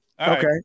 Okay